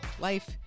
life